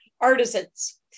artisans